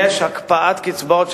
יש הקפאת קצבאות,